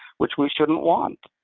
which we shouldn't want.